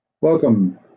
Welcome